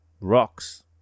rocks